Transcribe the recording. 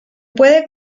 puede